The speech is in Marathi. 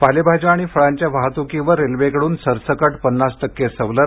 पालेभाज्या आणि फळांच्या वाहतूकीवर रेल्वेकडून सरसकट पन्नास टक्के सवलत